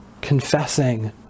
confessing